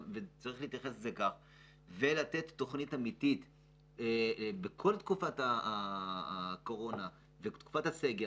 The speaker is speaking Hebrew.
יש לתת תוכנית לכל תקופת הסגר.